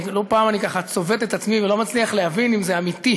לא פעם אני צובט את עצמי ולא מצליח להבין אם זה אמיתי.